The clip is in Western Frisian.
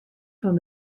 fan